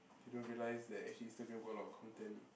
you don't realize that actually Instagram got a lot of content